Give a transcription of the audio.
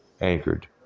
anchored